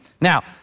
Now